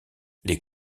les